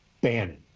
Bannon